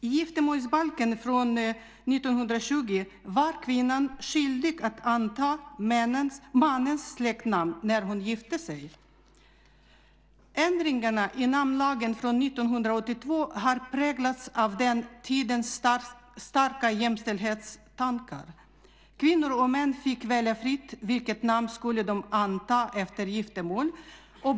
I giftermålsbalken från 1920 var kvinnan skyldig att anta mannens släktnamn när hon gifte sig. Ändringar i namnlagen från 1982 har präglats av den tidens starka jämställdhetstankar. Kvinnor och män fick fritt välja vilket namn de skulle anta efter giftermål.